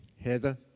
Heather